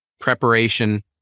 Preparation